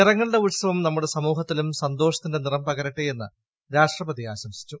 നിറങ്ങളുടെ ഉത്സവം നമ്മുടെ സമൂഹത്തിലും സന്തോഷത്തിന്റെ നിറം പകരട്ടെ എന്ന് രാഷ്ട്രപതി ആശംസിച്ചു